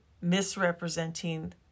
misrepresenting